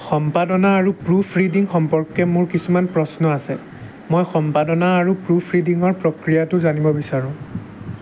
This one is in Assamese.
সম্পাদনা আৰু প্ৰুফৰিডিং সম্পৰ্কে মোৰ কিছুমান প্ৰশ্ন আছে মই সম্পাদনা আৰু প্ৰুফৰিডিঙৰ প্ৰক্ৰিয়াটো জানিব বিচাৰোঁ